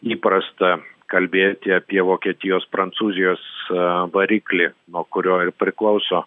įprasta kalbėti apie vokietijos prancūzijos variklį nuo kurio ir priklauso